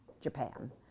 Japan